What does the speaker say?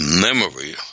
memory